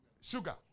sugar